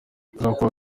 hazubakwa